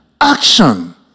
Action